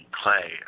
clay